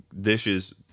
dishes